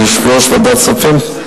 יושב-ראש ועדת הכספים.